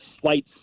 slight